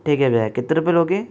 ठीक है भैया कितने रुपये लोगे